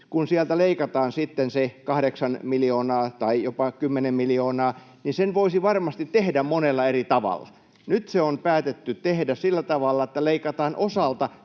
kun sieltä leikataan sitten se kahdeksan miljoonaa tai jopa 10 miljoonaa, niin sen voisi varmasti tehdä monella eri tavalla. Nyt se on päätetty tehdä sillä tavalla, että leikataan osalta